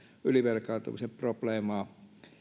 ylivelkaantumisen probleemaa